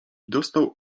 dostał